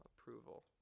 approval